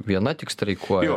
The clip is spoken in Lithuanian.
viena tik streikuoja